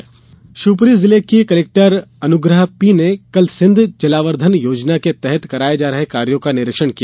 जलावर्धन योजना शिवप्री जिले की कलेक्टर अनुग्रह पी ने कल सिंध जलावर्धन योजना के तहत कराए जा रहे कार्यों का निरीक्षण किया